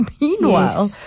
meanwhile